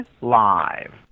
live